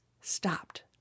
stopped